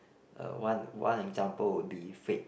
uh one one example would be Fate